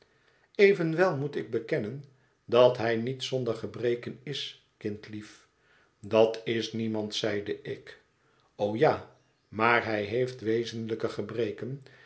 evenwel moet ik bekennen dat hij niet zonder gebreken is kindlief dat is niemand zeide ik o ja maar hij heeft wezenlijke gebreken